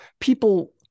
people